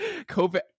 COVID